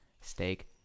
steak